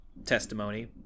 testimony